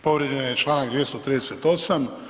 Povrijeđen je čl. 238.